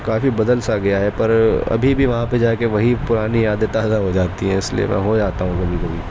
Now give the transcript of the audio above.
کافی بدل سا گیا ہے پر ابھی بھی وہاں پہ جا کے وہی پرانی یادیں تازہ ہو جاتی ہیں اس لیے میں ہو آتا ہوں کبھی کبھی